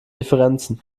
differenzen